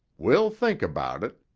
we'll think about it,